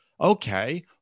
Okay